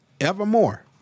evermore